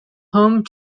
home